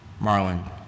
Marlon